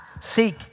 seek